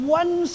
one